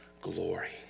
glory